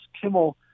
Kimmel